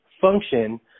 function